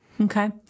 Okay